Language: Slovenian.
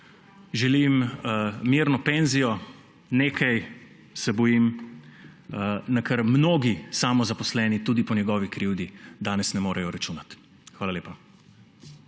Želim mu mirno penzijo, nekaj, se bojim, na kar mnogi samozaposleni tudi po njegovi krivdi danes ne morejo računati. Hvala lepa.